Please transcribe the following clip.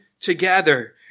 together